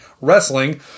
Wrestling